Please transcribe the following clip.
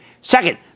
Second